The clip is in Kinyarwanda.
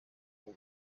kuba